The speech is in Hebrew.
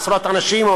עשרות אנשים,